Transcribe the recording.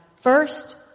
First